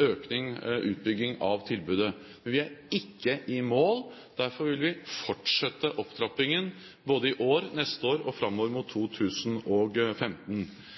økning, utbygging av tilbudet. Men vi er ikke i mål. Derfor vil vi fortsette opptrappingen både i år, neste år og framover mot 2015.